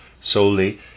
solely